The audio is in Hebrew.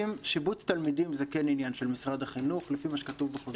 שיבוץ תלמידים זה כן עניין של משרד החינוך לפי מה שכתוב בחוזר מנכ"ל.